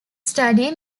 study